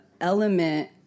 element